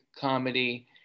comedy